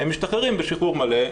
הם משתחררים בשחרור מלא,